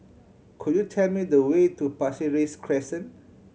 could you tell me the way to Pasir Ris Crescent